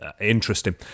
interesting